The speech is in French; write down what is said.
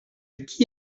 qui